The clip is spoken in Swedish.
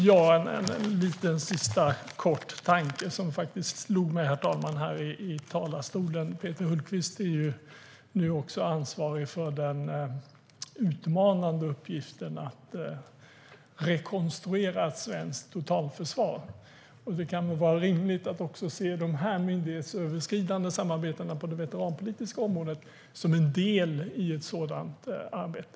Herr talman! Det var en liten tanke som faktiskt slog mig, herr talman, här i talarstolen. Peter Hultqvist är nu också ansvarig för den utmanande uppgiften att rekonstruera ett svenskt totalförsvar. Det kan nog vara rimligt att också se de myndighetsöverskridande samarbetena på det veteranpolitiska området som en del i ett sådant arbete.